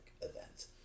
event